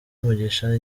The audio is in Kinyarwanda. mugisha